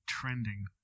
Trending